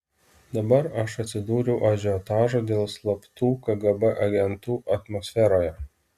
dabar aš atsidūriau ažiotažo dėl slaptų kgb agentų atmosferoje